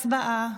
הצבעה.